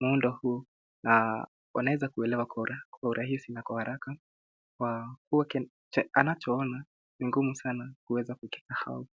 muundo huu na wanaeza kuelewa kwa urahisi na kwa haraka, kwa kuwa anachoona ni ngumu sana kuweza kukisahau.